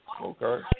Okay